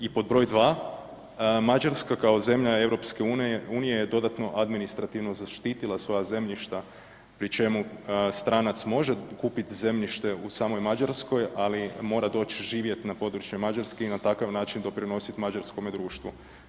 I pod broj 2, Mađarska kao zemlja EU je dodatno administrativno zaštitila svoja zemljišta pri čemu stranac može kupiti zemljište u samoj Mađarskoj, ali mora doći na područje Mađarske i na takav način doprinosit mađarskome društvu.